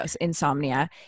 insomnia